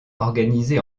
organisé